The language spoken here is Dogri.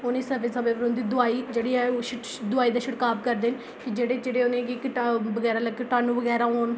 उ'नें समें समें पर उं'दी दवाई जेह्ड़ी ऐ दवाई दा छिड़काव करदे न बड़े चिरै दे किटाणु बगैरा होन